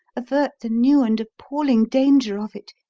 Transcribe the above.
avert the new and appalling danger of it,